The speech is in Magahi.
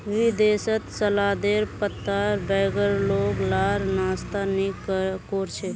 विदेशत सलादेर पत्तार बगैर लोग लार नाश्ता नि कोर छे